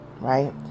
right